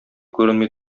күренми